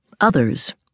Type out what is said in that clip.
Others